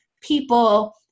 people